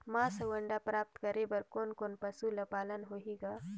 मांस अउ अंडा प्राप्त करे बर कोन कोन पशु ल पालना होही ग?